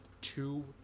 two